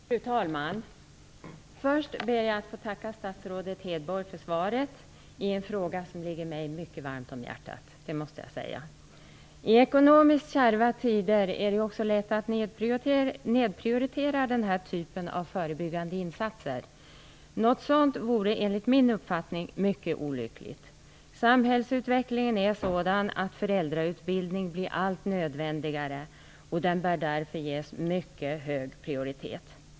Fru talman! Först ber jag att få tacka statsrådet Hedborg för svaret i en fråga som, det måste jag säga, ligger mig mycket varmt om hjärtat. I ekonomiskt kärva tider är det lätt att nedprioritera den här typen av förebyggande insatser. Något sådant vore enligt min uppfattning mycket olyckligt. Samhällsutvecklingen är sådan att föräldrautbildning blir allt nödvändigare. Den bör därför ges mycket hög prioritet.